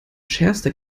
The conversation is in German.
schärfster